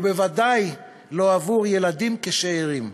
ובוודאי לא עבור ילדים כשאירים.